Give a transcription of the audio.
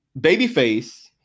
Babyface